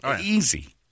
Easy